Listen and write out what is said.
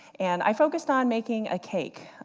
and i focused on making a cake.